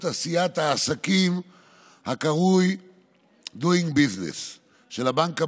עשיית העסקים הקרוי doing business של הבנק העולמי,